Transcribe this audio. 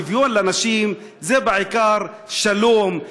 שוויון לנשים זה בעיקר שלום,